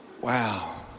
Wow